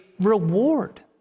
reward